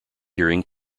hearing